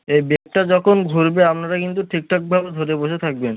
এ বেগটা যখন ঘুরবে আপনারা কিন্তু ঠিকঠাকভাবে ধরে বসে থাকবেন